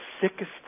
sickest